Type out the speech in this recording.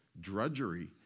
drudgery